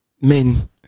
Men